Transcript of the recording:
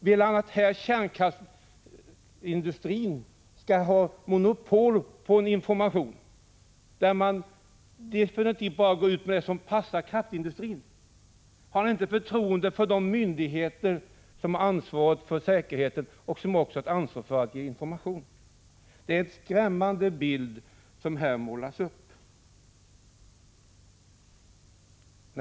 Vill han att kärnkraftsindustrin skall ha monopol på en information, där man definitivt går ut enbart med det som passar kraftindustrin? Har han inte förtroende för de myndigheter som har ansvaret för säkerheten och som också har ansvar för att ge information? Det är en skrämmande bild som målas upp här.